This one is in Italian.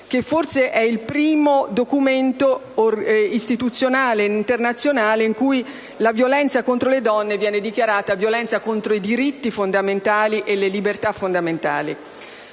che forse è il primo documento istituzionale ed internazionale in cui la violenza contro le donne viene riconosciuta come violazione dei diritti e delle libertà fondamentali.